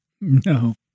No